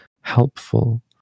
helpful